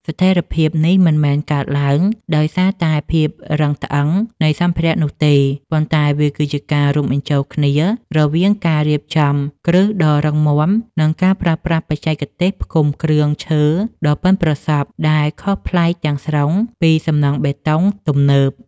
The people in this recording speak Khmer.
ស្ថិរភាពនេះមិនមែនកើតឡើងដោយសារតែភាពរឹងត្អឹងនៃសម្ភារៈនោះទេ ប៉ុន្តែវាគឺជាការរួមបញ្ចូលគ្នារវាងការរៀបចំគ្រឹះដ៏រឹងមាំ និងការប្រើប្រាស់បច្ចេកទេសផ្គុំគ្រឿងឈើដ៏ប៉ិនប្រសប់ដែលខុសប្លែកទាំងស្រុងពីសំណង់បេតុងទំនើប។